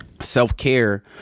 Self-care